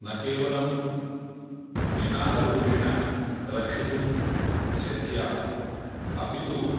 न केवलं निनादरूपेण रक्षितुं शक्या अपि तु